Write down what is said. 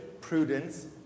prudence